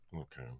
Okay